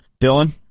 Dylan